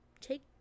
Take